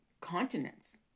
continents